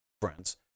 friends